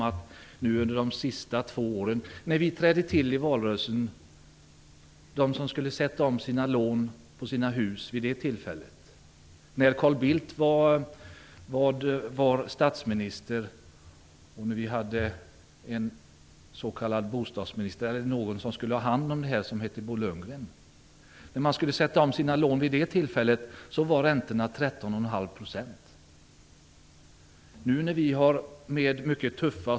Vid tiden för valrörelsen för två år sedan, när Carl Bildt var statsminister och vi hade en s.k. bostadsminister vid namn Bo Lundgren som skulle ha hand om det här, var räntorna för dem som skulle sätta om lånen på sina hus 131⁄2 %.